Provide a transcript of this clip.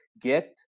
get